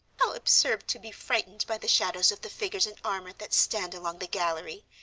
how absurd to be frightened by the shadows of the figures in armor that stand along the gallery!